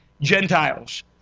Gentiles